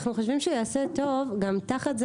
אנחנו חושבים שהוא יעשה טוב גם תחת זה